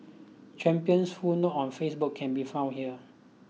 champion's full note on Facebook can be found here